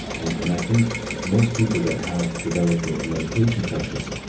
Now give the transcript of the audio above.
and and i think most people that have developed a meditation practice,